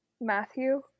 Matthew